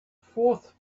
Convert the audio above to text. fourth